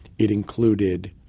it included